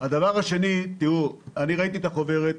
דבר שני, תראו ראיתי את החוברת.